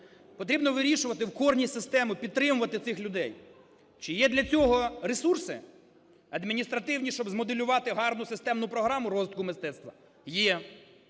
Потрібно вирішувати в корні систему, підтримувати цих людей. Чи є для цього ресурси адміністративні, щоб змоделювати гарну системну програму розвитку мистецтва? Є.